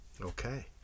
okay